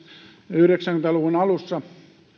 yhdeksänkymmentä luvun alussa